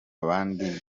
bandi